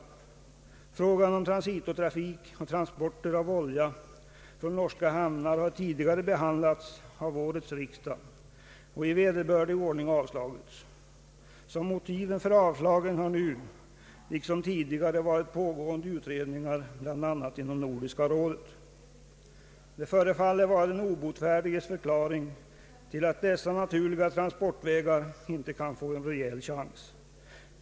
Motioner om transitotrafik och transporter av olja från norska ham nar har tidigare behandlats av årets riksdag och i vederbörlig ordning avslagits. Motiv för avslagen har nu, liksom tidigare, varit pågående utredningar bl.a. inom Nordiska rådet. Det förefaller vara den obotfärdiges förklaring till att dessa naturliga transportvägar icke kan få en rejäl chans.